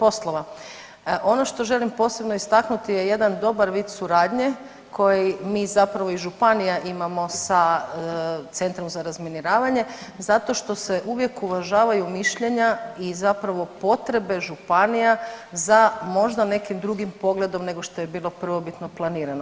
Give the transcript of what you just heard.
Ono što želim posebno istaknuti je jedan dobar vid suradnje koji mi zapravo i županija imamo sa Centrom za razminiravanje zato što se uvijek uvažavaju mišljenja i zapravo potrebe županija za možda nekim drugim pogledom nego što je bilo prvobitno planirano.